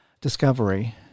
Discovery